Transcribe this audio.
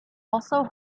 also